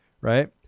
right